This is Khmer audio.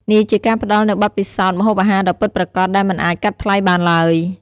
នេះជាការផ្តល់នូវបទពិសោធន៍ម្ហូបអាហារដ៏ពិតប្រាកដដែលមិនអាចកាត់ថ្លៃបានឡើយ។